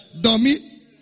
Dummy